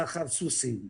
סחר סוסים.